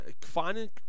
finding